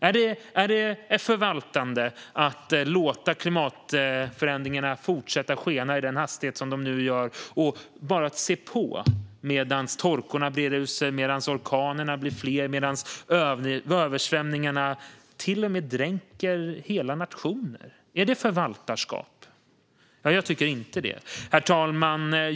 Är det ett förvaltande att låta klimatförändringarna fortsätta att skena i den hastighet som de nu gör och bara se på medan torkan breder ut sig, medan orkanerna blir fler och medan översvämningarna till och med dränker hela nationer? Är det förvaltarskap? Jag tycker inte det. Herr talman!